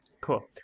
cool